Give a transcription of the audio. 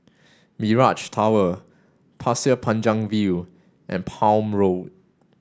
Mirage Tower Pasir Panjang View and Palm Road